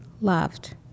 loved